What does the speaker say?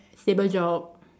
stable job